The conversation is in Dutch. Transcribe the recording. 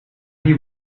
die